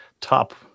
top